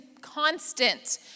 constant